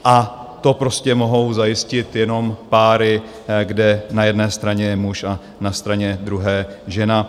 A to prostě mohou zajistit jenom páry, kde na jedné straně je muž a na straně druhé žena.